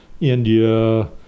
India